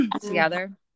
together